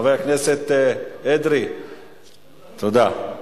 חבר הכנסת אדרי, תודה.